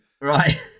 Right